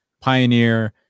Pioneer